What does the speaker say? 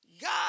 God